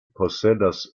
posedas